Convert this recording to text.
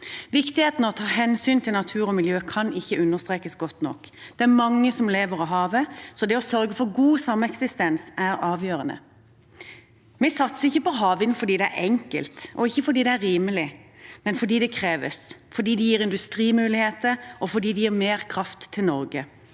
Viktigheten av å ta hensyn til natur og miljø kan ikke understrekes godt nok. Det er mange som lever av havet, så det å sørge for god sameksistens er avgjørende. Vi satser ikke på havvind fordi det er enkelt, og ikke fordi det er rimelig, men fordi det kreves, fordi det gir industrimuligheter, og fordi det gir mer kraft til Norge